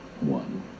one